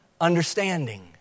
Understanding